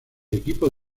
equipo